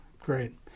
great